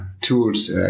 tools